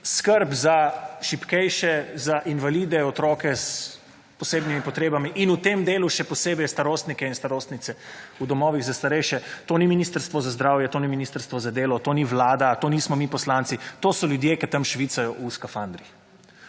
skrb za šibkejše, za invalide, otroke s posebnimi potrebami in v tem delu še posebej starostnike in starostnice v domovih za starejše to ni Ministrstvo za zdravje, to ni Ministrstvo za delo, to ni Vlada, to nismo mi poslanci, to so ljudje, ki tam švicajo v skafandrih.